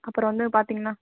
அப்பறம் வந்து பார்த்திங்னா